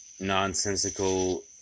Nonsensical